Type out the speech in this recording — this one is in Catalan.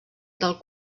del